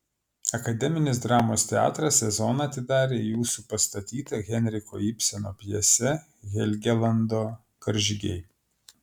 akademinis dramos teatras sezoną atidarė jūsų pastatyta henriko ibseno pjese helgelando karžygiai